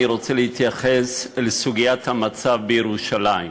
אני רוצה להתייחס לסוגיית המצב בירושלים.